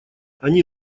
они